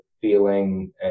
feeling